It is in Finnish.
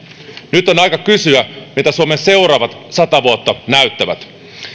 nyt on aika kysyä miltä suomen seuraavat sata vuotta näyttävät